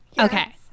Okay